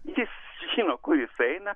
jis žino kur jis eina